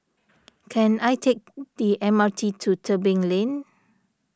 can I take the M R T to Tebing Lane